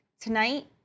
Tonight